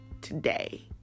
today